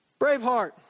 Braveheart